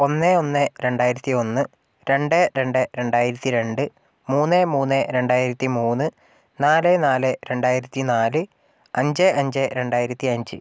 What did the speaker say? ഒന്ന് ഒന്ന് രണ്ടായിരത്തി ഒന്ന് രണ്ട് രണ്ട് രണ്ടായിരത്തി രണ്ട് മൂന്ന് മൂന്ന് രണ്ടായിരത്തി മൂന്ന് നാല് നാല് രണ്ടായിരത്തി നാല് അഞ്ച് അഞ്ച് രണ്ടായിരത്തി അഞ്ച്